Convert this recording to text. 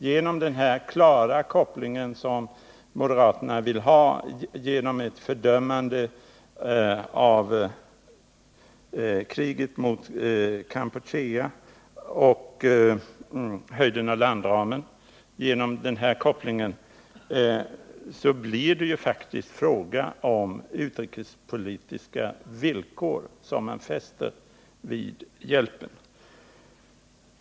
Genom den klara koppling som moderaterna vill ha mellan ett fördömande av kriget mot Kampuchea och landramens storlek blir det en fråga om, jag upprepar det, att Sverige skulle fästa utrikespolitiska villkor vid hjälpen.